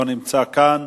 לא נמצא כאן.